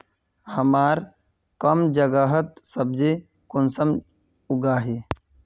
हमार कम जगहत सब्जी कुंसम उगाही?